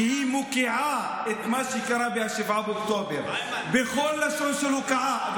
שמוקיעה את מה שקרה ב-7 באוקטובר בכל לשון של הוקעה.